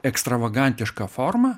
ekstravagantišką formą